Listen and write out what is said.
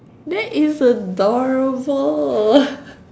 that is adorable